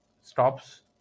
stops